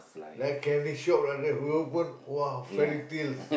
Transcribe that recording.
like candy shop like that he open !wah! fairy tales